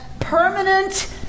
permanent